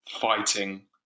fighting